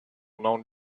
known